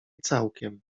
całkiem